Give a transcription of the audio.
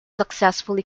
successfully